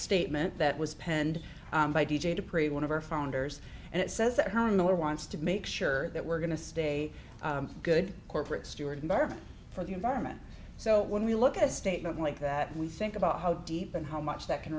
statement that was penned by d j dupree one of our founders and it says that home miller wants to make sure that we're going to stay good corporate steward environment for the environment so when we look at a statement like that we think about how deep and how much that can